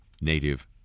native